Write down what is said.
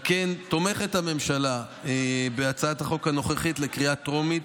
על כן תומכת הממשלה בהצעת החוק הנוכחית בקריאה טרומית,